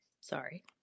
sorry